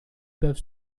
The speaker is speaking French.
peuvent